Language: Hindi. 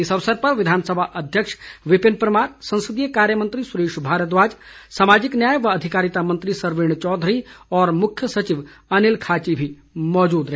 इस अवसर पर विधानसभा अध्यक्ष विपिन परमार संसदीय कार्य मंत्री सुरेश भारद्वाज सामाजिक न्याय व अधिकारिता मंत्री सरवीण चौधरी और मुख्य सचिव अनिल खाची भी मौजूद रहे